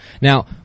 now